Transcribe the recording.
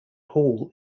hall